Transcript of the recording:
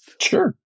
sure